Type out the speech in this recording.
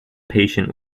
patient